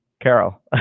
Carol